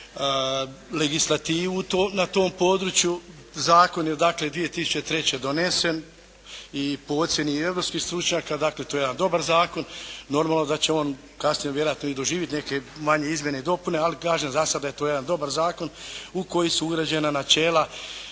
legislativu na tom području, zakon je dakle 2003. donesen i po ocijeni europskih stručnjaka to je jedan dobar zakon. Normalno da će on kasnije vjerojatno i doživit neke manje izmjene i dopune. Ali kažem za sada je to jedan dobar zakon u koji su ugrađena načela